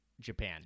Japan